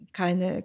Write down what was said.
keine